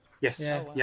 Yes